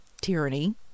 tyranny